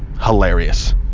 hilarious